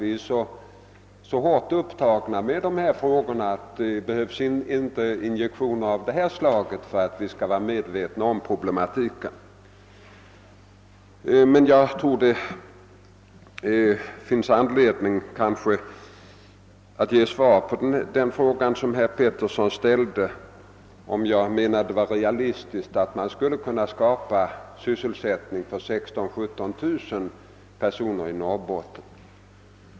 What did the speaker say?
Vi är så strängt upptagna med dessa frågor att det inte behövs injektioner av detta slag för att vi skall vara medvetna om problematiken. Det kan emellertid finnas anledning att ge svar på den fråga som herr Petersson här ställde, nämligen om jag menar att det är realistiskt att räkna med att vi kommer att kunna skapa sysselsättningstillfällen för 16 000—17 000 personer i Norrbotten.